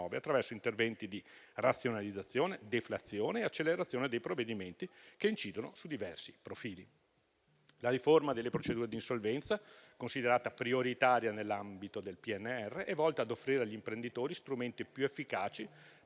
attraverso interventi di razionalizzazione, deflazione e accelerazione dei provvedimenti che incidono su diversi profili. La riforma delle procedure d'insolvenza, considerata prioritaria nell'ambito del PNR, è volta a offrire agli imprenditori strumenti più efficaci